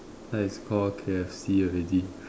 that is called K_F_C already